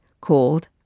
called